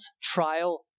trial